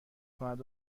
کند